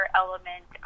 element